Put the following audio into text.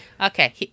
Okay